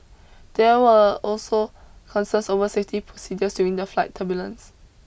there were also concerns over safety procedures during the flight turbulence